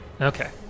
Okay